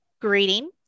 Greeting